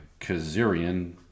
Kazarian